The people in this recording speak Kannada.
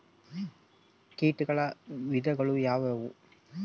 ಕೇಟಗಳ ವಿಧಗಳು ಯಾವುವು?